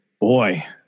boy